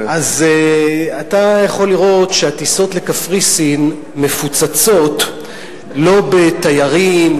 אתה יכול לראות שהטיסות לקפריסין מפוצצות לא בתיירים,